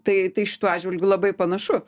tai tai šituo atžvilgiu labai panašu